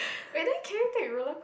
and then can you take roller coaster